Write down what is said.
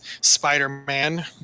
Spider-Man